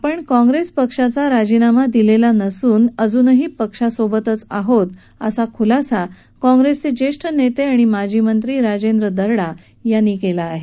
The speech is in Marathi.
आपण काँग्रेसपक्षाचा राजीनामा दिलेला नसून अजूनही पक्षासोबतच आहोत असा ख्लासा काँग्रेसचे ज्येष्ठ नेते आणि माजी मंत्री राजेंद्र दर्डा यांनी केला आहे